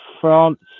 France